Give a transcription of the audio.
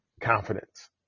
confidence